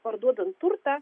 parduodant turtą